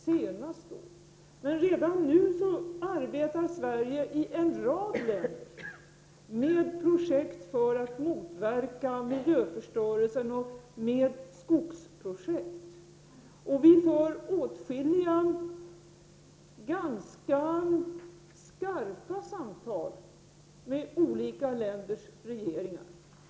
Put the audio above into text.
Redan nu arbetar emellertid Sverige i en rad länder med projekt för att motverka miljöförstörelsen och med skogsprojekt. Vi för åtskilliga ganska skarpa samtal med olika länders regeringar.